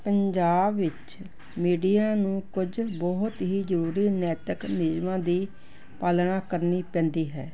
ਪੰਜਾਬ ਵਿੱਚ ਮੀਡੀਆ ਨੂੰ ਕੁਝ ਬਹੁਤ ਹੀ ਜ਼ਰੂਰੀ ਨੈਤਿਕ ਨਿਯਮਾਂ ਦੀ ਪਾਲਣਾ ਕਰਨੀ ਪੈਂਦੀ ਹੈ